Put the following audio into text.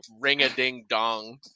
ring-a-ding-dong